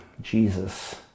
Jesus